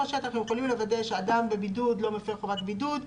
השטח הם יכולים לוודא שאדם בבידוד לא מפר חובת בידוד,